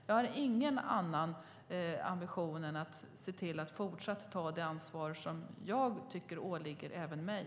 Jag har ingen annan ambition än att fortsatt ta det ansvar som jag tycker åligger även mig.